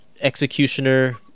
Executioner